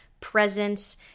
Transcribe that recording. presence